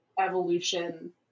evolution